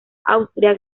austria